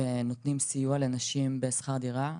ונותנים סיוע לנשים בשכר דירה,